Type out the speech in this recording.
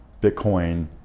Bitcoin